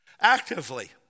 actively